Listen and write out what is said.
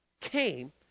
came